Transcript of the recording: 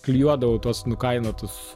klijuodavau tuos nukainotus